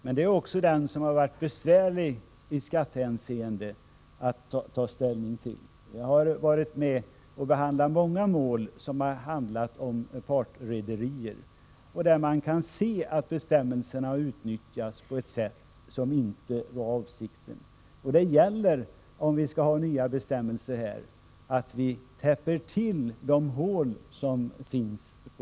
Men det är också den frågan som varit besvärligast att ta ställning till i skattehänseende. Jag har varit med om att behandla många mål som har handlat om partrederier, där man har kunnat se att bestämmelserna utnyttjats på ett sätt som inte har varit avsett. Det gäller, om vi skall ha nya bestämmelser, att täppa till de hål som finns.